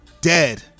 Dead